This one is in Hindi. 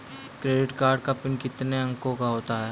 क्रेडिट कार्ड का पिन कितने अंकों का होता है?